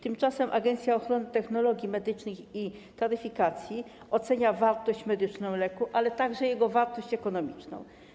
Tymczasem Agencja Oceny Technologii Medycznych i Taryfikacji ocenia wartość medyczną leku, ale także jego wartość ekonomiczną.